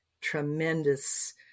tremendous